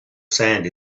sand